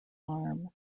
arm